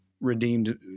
redeemed